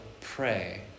pray